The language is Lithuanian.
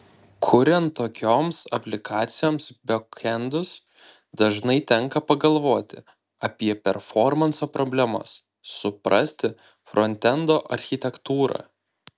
kuriant tokioms aplikacijoms bekendus dažnai tenka pagalvoti apie performanso problemas suprasti frontendo architektūrą